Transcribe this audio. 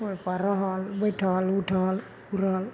ओइपर रहल बैठल उठल उड़ल